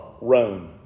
Rome